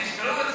נשברו בסוף.